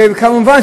וכמובן,